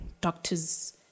doctors